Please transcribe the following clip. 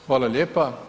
Hvala lijepa.